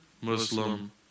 Muslim